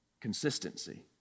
consistency